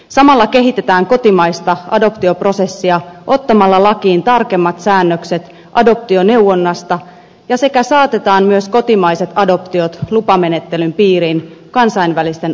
samalla kehitetään kotimaista adoptioprosessia ottamalla lakiin tarkemmat säännökset adoptioneuvonnasta sekä saatetaan myös kotimaiset adoptiot lupamenettelyn piiriin kansainvälisten adoptioiden tavoin